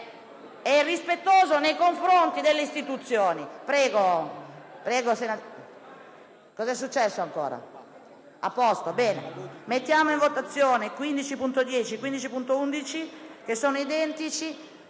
irrispettoso nei confronti delle istituzioni.